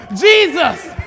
Jesus